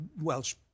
Welsh